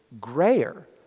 grayer